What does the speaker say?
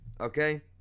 okay